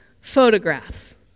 photographs